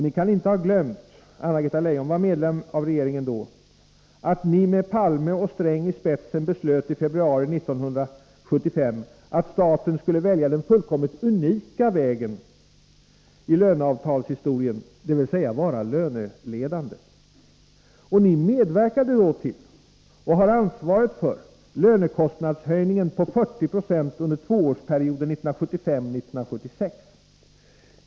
Ni kan inte ha glömt — Anna-Greta Leijon var medlem av regeringen då — att ni med Palme och Sträng i spetsen beslöt i februari 1975 att staten skulle välja den fullkomligt unika vägen i löneavtalshistorien dvs. vara löneledande. Ni medverkade då till och har ansvaret för lönekostnadshöjningen på 40 2 under tvåårsperioden 1975 och 1976.